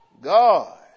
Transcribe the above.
God